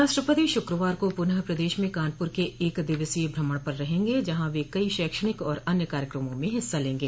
राष्ट्रपति शुक्रवार को पुनः प्रदेश में कानपुर के एक दिवसीय भ्रमण पर रहेंगे जहां वह कई शैक्षणिक और अन्य कार्यक्रमों में हिस्सा लेगें